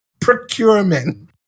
procurement